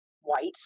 white